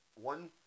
One